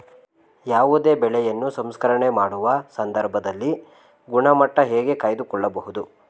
ಯಾವುದೇ ಬೆಳೆಯನ್ನು ಸಂಸ್ಕರಣೆ ಮಾಡುವ ಸಂದರ್ಭದಲ್ಲಿ ಗುಣಮಟ್ಟ ಹೇಗೆ ಕಾಯ್ದು ಕೊಳ್ಳಬಹುದು?